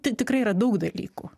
ti tikrai yra daug dalykų